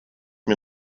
mir